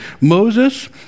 Moses